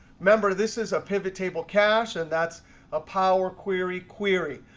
remember, this is a pivot table cache. and that's a power query query.